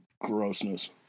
grossness